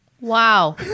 Wow